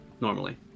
Normally